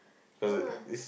no lah